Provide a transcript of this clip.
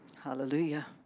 Hallelujah